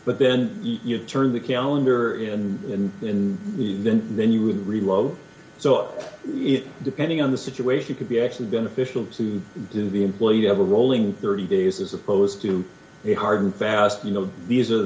but then you turn the calendar in and in the event then you would really low so it depending on the situation could be actually beneficial to do the employee have a rolling thirty days as opposed to a hard and fast you know these are